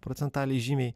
procentaliai žymiai